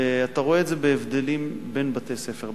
ואתה רואה את זה בהבדלים בין בתי-ספר.